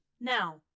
now